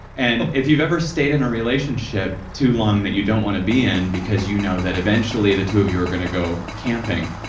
and if you've ever stayed in a relationship too long that you don't want to be in because you know that eventually the two of you are going to go camping,